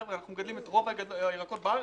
חבר'ה, אנחנו מגדלים את רוב הירקות בארץ.